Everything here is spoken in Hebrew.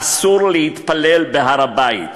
אסור להתפלל בהר-הבית,